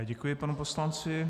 Děkuji panu poslanci.